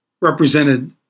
represented